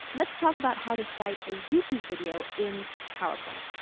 let's talk about how to cite a youtube video in powerpoint.